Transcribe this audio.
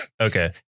Okay